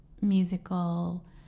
musical